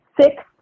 six